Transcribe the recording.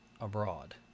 abroad